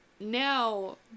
now